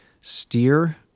steer